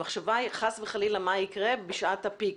המחשבה היא חס וחלילה מה יקרה שעת ה-פיק.